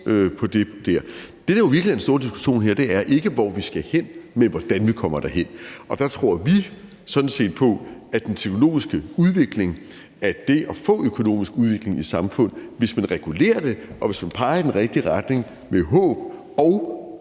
på det der. Det, der jo i virkeligheden er den store diskussion her, er ikke, hvor vi skal hen, men hvordan vi kommer derhen. Og der tror vi sådan set på den teknologiske udvikling og det at få økonomisk udvikling i samfundet. Hvis man regulerer det, og hvis man peger i den rigtige retning med håb og